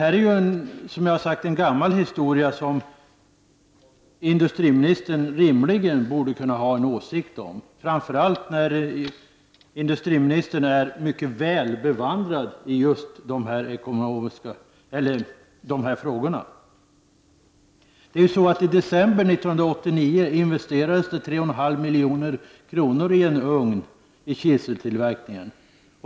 Detta är ju, som sagt, en gammal historia som industriministern rimligen borde kunna ha en åsikt om, framför allt eftersom industriministern är mycket väl bevandrad i just de här frågorna. I december 1989 investerade företaget 3,5 milj.kr. i en ugn för kiseltillverkningen.